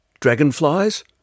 dragonflies